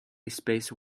space